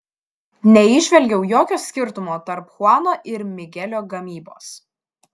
neįžvelgiau jokio skirtumo tarp chuano ir migelio gamybos